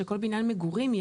שכל בניין מגורים,